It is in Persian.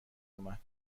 اومد